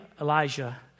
Elijah